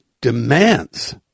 demands